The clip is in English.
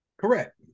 Correct